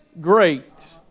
great